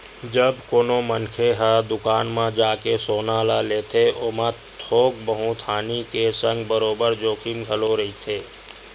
जब कोनो मनखे ह दुकान म जाके सोना ल लेथे ओमा थोक बहुत हानि के संग बरोबर जोखिम घलो रहिथे